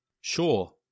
Sure